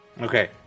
Okay